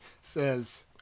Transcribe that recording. says